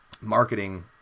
marketing